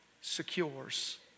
secures